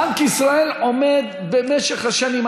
בנק ישראל עומד במשך השנים,